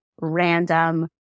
random